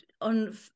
on